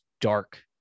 dark